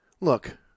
Look